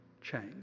change